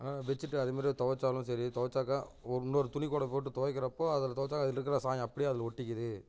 ஆனால் பெட்ஷீட்டை அதேமாதிரியே துவச்சாலும் சரி துவச்சாக்கா இன்னொரு துணிக்கூட போட்டு துவைக்கிறப்போ அதில் துவைச்சா அதில் இருக்கிற சாயம் அப்படியே அதில் ஒட்டிக்குது